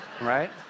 right